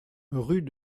rue